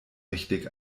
richtig